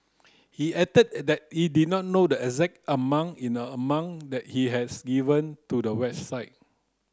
he added that he did not know the exact amount in the amount that he has given to the website